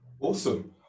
Awesome